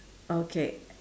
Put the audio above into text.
okay